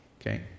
Okay